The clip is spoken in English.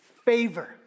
Favor